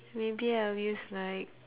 maybe I'll use like